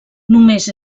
només